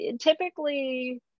typically